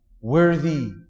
worthy